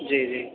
जी जी